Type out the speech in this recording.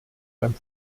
beim